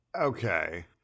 Okay